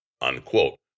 unquote